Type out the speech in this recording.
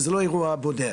וזה לא אירוע בודד,